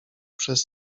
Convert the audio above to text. przez